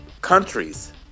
countries